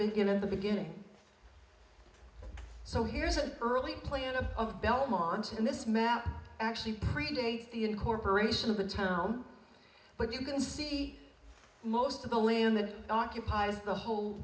begin at the beginning so here's an early play in a of belmont and this map actually predates the incorporation of the term but you can see most of the land then occupies the whole